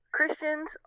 Christians